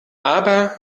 aber